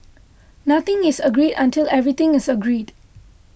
nothing is agreed until everything is agreed